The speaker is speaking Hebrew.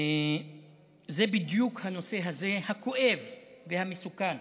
זה בדיוק הנושא הזה, הכואב והמסוכן.